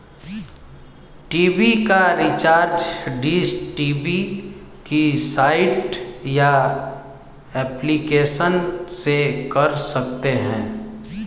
TV का recharge dish TV की site या एप्लीकेशन से कर सकते है